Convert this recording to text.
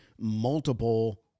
multiple